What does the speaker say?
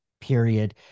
period